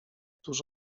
tuż